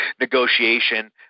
negotiation